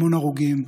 המון הרוגים.